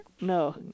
No